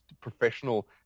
professional